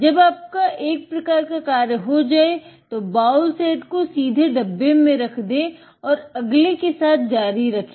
जब आपका एक प्रकार का कार्य हो जाए तो तो बाउल सेट को सीधे डब्बे में रख दे और अगले के साथ जारी रखे